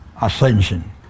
ascension